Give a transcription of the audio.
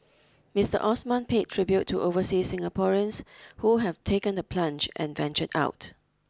Mister Osman paid tribute to overseas Singaporeans who have taken the plunge and ventured out